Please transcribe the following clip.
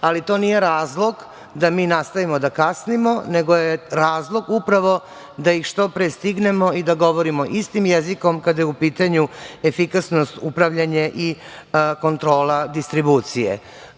ali to nije razlog da mi nastavimo da kasnimo, nego je razlog upravo da ih što pre stignemo i da govorimo istim jezikom kada je u pitanju efikasnost i upravljanje i kontrola distribucije.